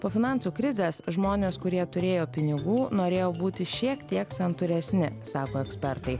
po finansų krizės žmonės kurie turėjo pinigų norėjo būti šiek tiek santūresni sako ekspertai